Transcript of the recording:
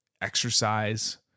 exercise